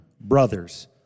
brothers